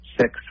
six